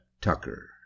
Tucker